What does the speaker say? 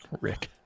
Rick